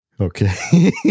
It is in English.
Okay